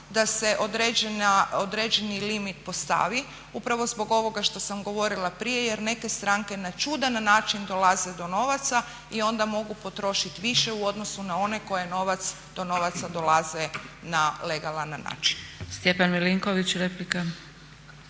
da se određeni limit postavi upravo zbog ovoga što sam govorila prije jer neke stranke na čudan način dolaze do novaca i onda mogu potrošiti više u odnosu na one koje do novaca dolaze na legalan način. **Zgrebec, Dragica